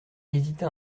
hésita